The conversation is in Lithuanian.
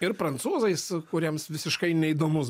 ir prancūzais kuriems visiškai neįdomus